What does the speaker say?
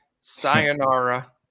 Sayonara